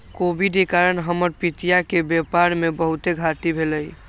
Covid के कारण हमर पितिया के व्यापार में बहुते घाट्टी भेलइ